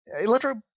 Electro